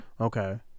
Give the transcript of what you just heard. okay